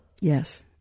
Yes